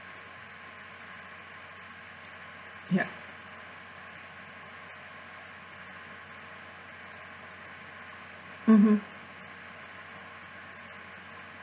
yup mmhmm